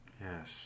Yes